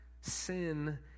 sin